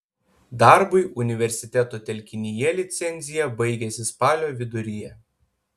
darbui universiteto telkinyje licencija baigiasi spalio viduryje